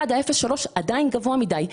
הטענה הראשונה היא שה-0.3 עדיין גבוה מדי.